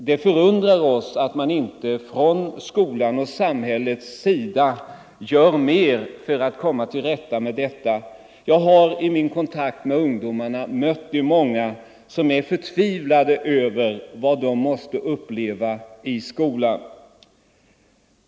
Det förundrar oss att man inte från skolans och samhällets sida gör mer för att komma till rätta med det. Jag har i min kontakt med ungdomarna mött många som är förtvivlade över vad de måste uppleva i skolan.